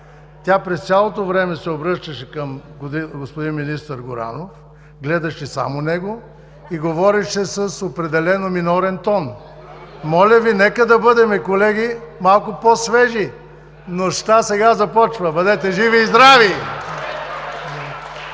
Тя през цялото време се обръщаше към господин министър Горанов, гледаше само него и говореше с определено минорен тон. Моля Ви, нека да бъдем, колеги, малко по свежи, нощта сега започва. Бъдете живи и здрави!